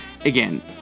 Again